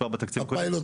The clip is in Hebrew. כבר בתקציב הקודם,